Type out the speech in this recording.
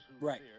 Right